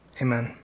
Amen